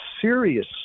serious